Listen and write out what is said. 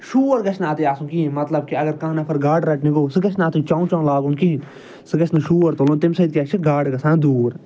شور گَژھِ نہٕ اَتی آسُن کِہیٖنۍ مطلب کہِ اگر کانٛہہ نفر گاڈٕ رٹنہِ گوٚو سُہ گَژھِ نہٕ اَتی چو چو لاگُن کِہیٖنۍ سُہ گَژھِ نہٕ شور تُلُن تَمہِ سۭتۍ کیٛاہ چھُ گاڈٕ گَژھان دوٗر